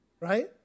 right